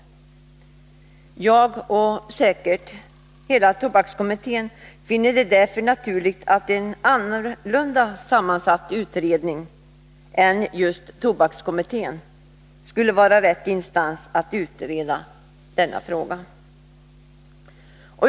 Jag — och säkert hela tobakskommittén — finner det därför naturligt att en annorlunda sammansatt utredning än just tobakskommittén skulle vara rätt instans att utreda denna fråga.